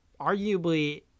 arguably